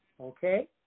okay